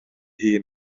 hun